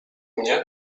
mnie